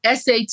SAT